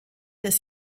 des